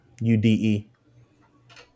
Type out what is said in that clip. U-D-E